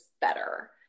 better